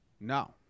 No